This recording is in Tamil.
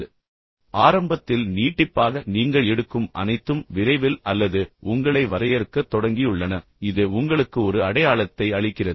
எனவே ஆரம்பத்தில் நீட்டிப்பாக நீங்கள் எடுக்கும் அனைத்தும் விரைவில் அல்லது பின்னர் உங்களை வரையறுக்கத் தொடங்கியுள்ளன இது உங்களுக்கு ஒரு அடையாளத்தை அளிக்கிறது